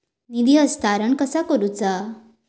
निधी हस्तांतरण कसा करुचा?